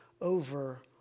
over